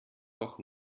doch